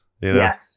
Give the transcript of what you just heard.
yes